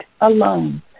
alone